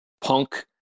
punk